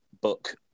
book